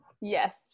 Yes